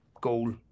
goal